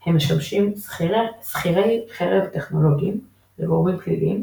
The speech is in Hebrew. - הם משמשים "שכירי חרב טכנולוגיים" לגורמים פליליים,